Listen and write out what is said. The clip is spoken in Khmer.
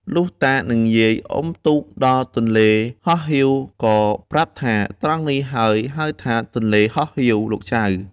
លុះតា និងយាយ អុំទូកដល់ទន្លេហោះហៀវ ក៏ប្រាប់ថា ត្រង់នេះហើយហៅថា “ទន្លេហោះហៀវលោកចៅ” ។